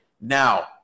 Now